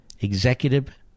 executive